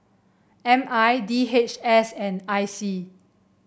M I D H S and I C